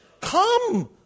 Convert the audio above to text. Come